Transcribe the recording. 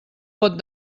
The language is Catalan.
pot